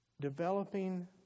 developing